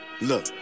Look